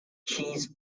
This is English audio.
cheese